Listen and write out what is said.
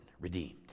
redeemed